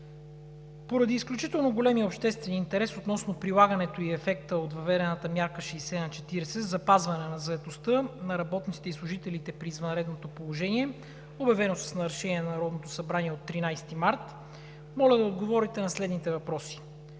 Поради изключително големия обществен интерес относно прилагането и ефекта от въведената мярка 60/40 за запазване на заетостта на работниците и служителите при извънредното положение, обявено с Решение на Народното събрание от 13 март, моля да отговорите на следните въпроси: